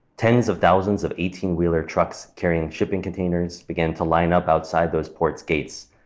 tens of thousands of eighteen wheeler trucks carrying shipping containers began to line up outside those ports' gates.